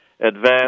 Advance